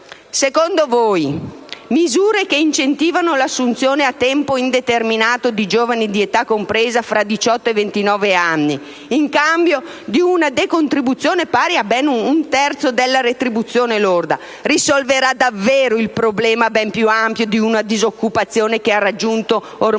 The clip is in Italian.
Secondo voi, misure che incentivino l'assunzione a tempo indeterminato di giovani di età compresa fra i 18 e i 29 anni, in cambio di una decontribuzione pari a ben un terzo della retribuzione lorda, risolveranno davvero il problema ben più ampio di una disoccupazione che ha raggiunto ormai